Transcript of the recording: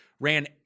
ran